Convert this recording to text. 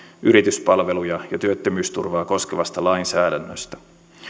yrityspalveluja ja työttömyysturvaa koskevasta lainsäädännöstä